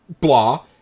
blah